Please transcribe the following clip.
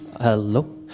Hello